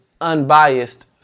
unbiased